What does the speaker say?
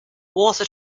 water